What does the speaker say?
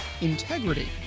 integrity